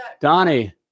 Donnie